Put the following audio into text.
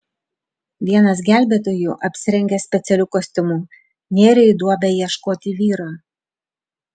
vienas gelbėtojų apsirengęs specialiu kostiumu nėrė į duobę ieškoti vyro